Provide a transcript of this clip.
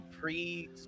pre